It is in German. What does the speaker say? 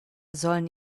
sollen